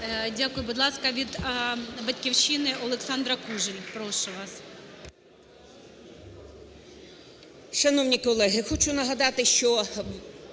Дякую. Будь ласка, від "Батьківщини" Олександра Кужель, прошу вас.